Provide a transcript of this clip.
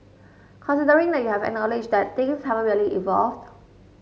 considering that you have acknowledged that things haven't really evolved